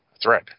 thread